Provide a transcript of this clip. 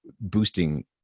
boosting